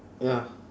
ya